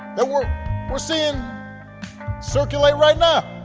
that we're we're seeing circulate right now.